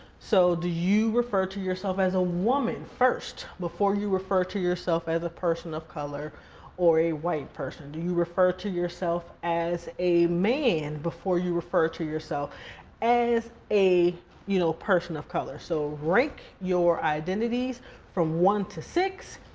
so do you refer to yourself as a woman first, before you refer to yourself as a person of color or a white person. do you refer to yourself as a man before you refer to yourself as a you know, person of color. so rank your identities from one to six.